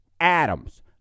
Adams